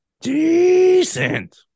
Decent